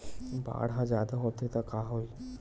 बाढ़ ह जादा होथे त का होही?